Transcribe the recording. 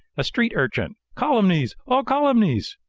a street urchin calumnies! all calumnies!